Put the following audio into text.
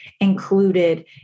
included